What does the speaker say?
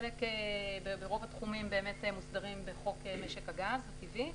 רוב התחומים באמת מוסדרים בחוק משק הגז הטבעי,